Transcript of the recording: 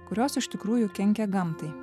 kurios iš tikrųjų kenkia gamtai